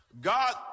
God